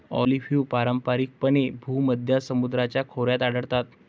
olive पारंपारिकपणे भूमध्य समुद्राच्या खोऱ्यात आढळतात